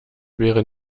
wäre